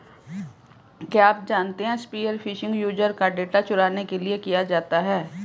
क्या आप जानते है स्पीयर फिशिंग यूजर का डेटा चुराने के लिए किया जाता है?